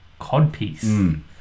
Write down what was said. codpiece